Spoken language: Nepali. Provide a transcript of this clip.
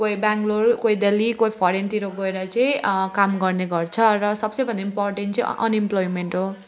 कोही बेङ्गलोर कोही दिल्ली कोही फरेनतिर गएर चाहिँ काम गर्ने गर्छ र सबसेभन्दा इम्पोर्टेन्ट चाहिँ अन इम्प्लोइमेन्ट हो